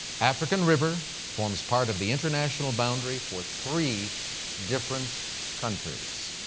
african river forms part of the international boundary for three different countries.